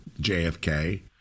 JFK